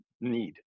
need